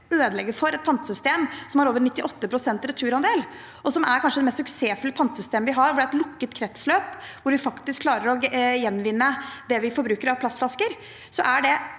vil ødelegge for et pantesystem som har over 98 pst. returandel, og som kanskje er det mest suksessfulle pantesystemet vi har, med et lukket kretsløp hvor vi faktisk klarer å gjenvinne det vi forbruker av plastflasker,